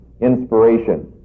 inspiration